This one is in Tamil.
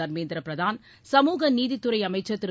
தர்மேந்திர பிரதான் சமூகநீதித்துறை அமைச்சர் திரு